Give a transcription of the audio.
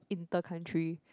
inter country